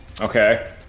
Okay